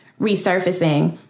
resurfacing